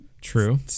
True